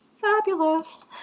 fabulous